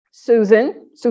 Susan